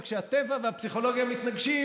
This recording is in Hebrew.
כשהטבע והפסיכולוגיה מתנגשים,